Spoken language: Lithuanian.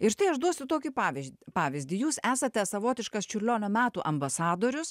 ir štai aš duosiu tokį pavyz pavyzdį jūs esate savotiškas čiurlionio metų ambasadorius